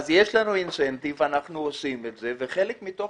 יש לנו תמריץ, אנחנו עושים את זה, וחלק מתוך